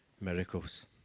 miracles